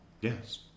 Yes